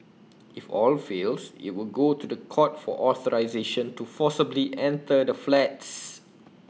if all fails IT will go to The Court for authorisation to forcibly enter the flats